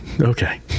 Okay